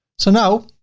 so now,